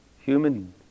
human